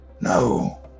No